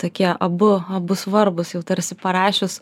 tokie abu abu svarbūs jau tarsi parašius